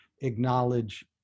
acknowledge